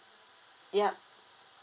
yup